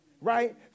right